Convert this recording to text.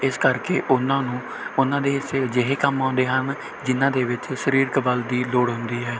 ਇਸ ਕਰਕੇ ਉਹਨਾਂ ਨੂੰ ਉਹਨਾਂ ਦੇ ਹਿੱਸੇ ਅਜਿਹੇ ਕੰਮ ਆਉਂਦੇ ਹਨ ਜਿਨ੍ਹਾਂ ਦੇ ਵਿੱਚ ਸਰੀਰਕ ਬਲ ਦੀ ਲੋੜ ਹੁੰਦੀ ਹੈ